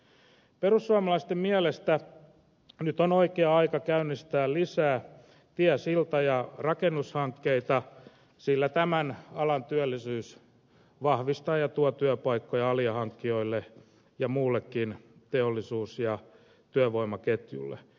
perussuomalaisten mielestä nyt on oikea aika käynnistää lisää tie silta ja rakennushankkeita sillä tämän alan työllisyys vahvistaa ja tuo työpaikkoja alihankkijoille ja muullekin teollisuus ja työvoimaketjulle